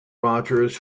rogers